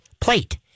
plate